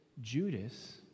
Judas